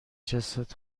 جسد